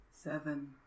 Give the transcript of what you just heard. seven